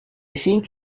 think